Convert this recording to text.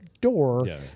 door